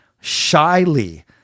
shyly